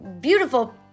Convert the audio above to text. beautiful